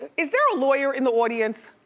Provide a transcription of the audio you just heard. is there a lawyer in the audience?